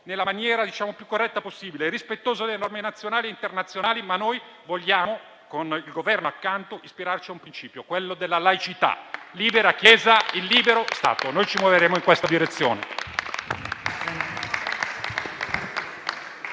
nella maniera più corretta possibile, rispettosa delle norme nazionali e internazionali. Vogliamo, con il Governo accanto, ispirarci al principio della laicità: libera Chiesa in libero Stato. Noi ci muoveremo in questa direzione.